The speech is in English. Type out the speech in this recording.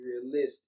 realistic